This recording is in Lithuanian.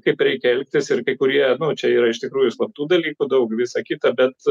kaip reikia elgtis ir kai kurie čia yra iš tikrųjų slaptų dalykų daug visa kita bet